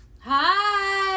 Hi